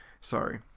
Sorry